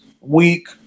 week